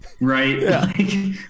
right